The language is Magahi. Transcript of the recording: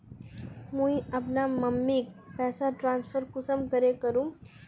मुई अपना मम्मीक पैसा ट्रांसफर कुंसम करे करूम?